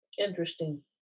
Interesting